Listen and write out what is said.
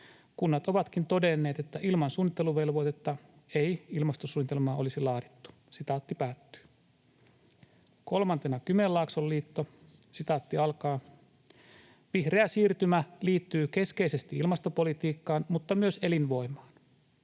Kunnat ovatkin todenneet, että ilman suunnitteluvelvoitetta ei ilmastosuunnitelmaa olisi laadittu.” Kolmantena Kymenlaakson liitto: ”Vihreä siirtymä liittyy keskeisesti ilmastopolitiikkaan, mutta myös elinvoimaan.